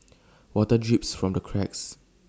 water drips from the cracks